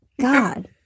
God